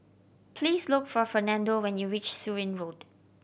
please look for Fernando when you reach Surin Road